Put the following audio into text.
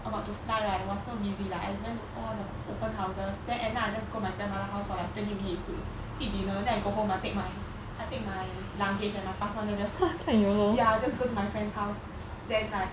about to fly right was so busy like I went to all the open houses then end up I just go my grandmother house for like twenty minutes to eat dinner then I go home I take my I take my luggage and my passport then just ya just go to my friend's house then like